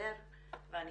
ולדבר ואני